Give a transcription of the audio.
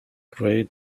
great